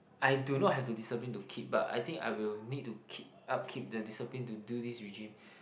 I do not have to discipline to keep but I think I will need to keep up keep the discipline to do this regime